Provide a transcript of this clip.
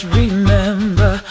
remember